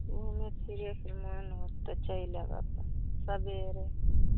घुमैफिरैके मोन हो तऽ चलि आएब अपन सबेरे